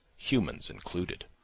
humans included.